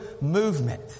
movement